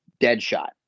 Deadshot